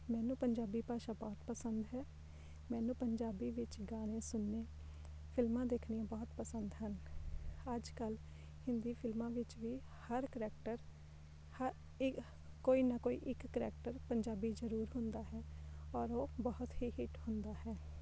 ਮੈਨੂੰ ਪੰਜਾਬੀ ਭਾਸ਼ਾ ਬਹੁਤ ਪਸੰਦ ਹੈ ਮੈਨੂੰ ਪੰਜਾਬੀ ਵਿੱਚ ਗਾਣੇ ਸੁਣਨੇ ਫਿਲਮਾਂ ਦੇਖਣੀਆਂ ਬਹੁਤ ਪਸੰਦ ਹਨ ਅੱਜ ਕੱਲ੍ਹ ਹਿੰਦੀ ਫਿਲਮਾਂ ਵਿੱਚ ਵੀ ਹਰ ਕਰੈਕਟਰ ਹਰ ਇ ਕੋਈ ਨਾ ਕੋਈ ਇੱਕ ਕਰੈਕਟਰ ਪੰਜਾਬੀ ਜ਼ਰੂਰ ਹੁੰਦਾ ਹੈ ਔਰ ਉਹ ਬਹੁਤ ਹੀ ਹਿੱਟ ਹੁੰਦਾ ਹੈ